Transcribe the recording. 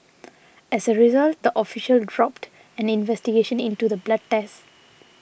as a result the official dropped an investigation into the blood test